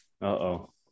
Uh-oh